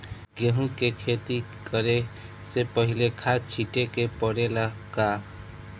गेहू के खेती करे से पहिले खाद छिटे के परेला का?